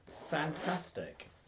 fantastic